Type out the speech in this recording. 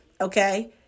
okay